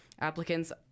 Applicants